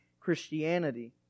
Christianity